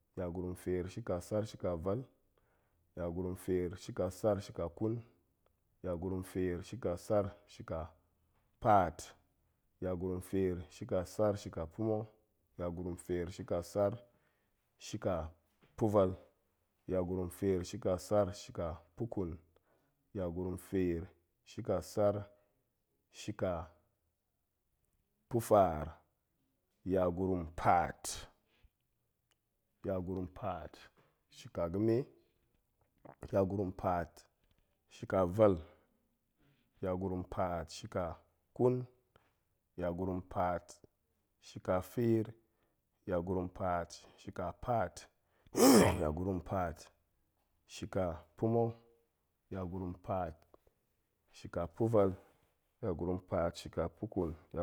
Yagurum feer shika sar shika vel, yagurum feer shika sar shika ƙun, yagurum feer shika sar shika paat, yagurum feer shika sar shika paat, yagurum feer shika sar shika pa̱ma̱, yagurum feer shika sar shika pa̱vel, yagurum feer shika sar shika pa̱ƙun, yagurum feer shika sar shika pa̱faar, yagurum paat, yagurum paat shika ga̱me, yagurum paat shika vel, yagurum paat shika ƙun, yagurum paat shika feer, yagurum paat shika paat, yagurum paat shika pa̱ma̱, yagurum paat shika pa̱vel, yagurum paat shika pa̱ƙun, yag.